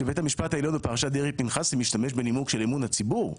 שבית המשפט העליון בפרשת דרעי-פנחסי משתמש בנימוק של אמון הציבור.